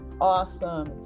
Awesome